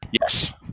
Yes